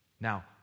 Now